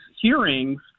hearings